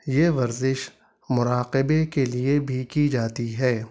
یہ ورزش مراقبے کے لیے بھی کی جاتی ہے